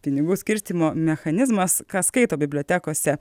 pinigų skirstymo mechanizmas ką skaito bibliotekose